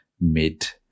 mid